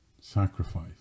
Sacrifice